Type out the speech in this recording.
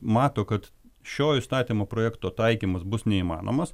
mato kad šio įstatymo projekto taikymas bus neįmanomas